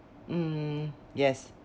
mm yes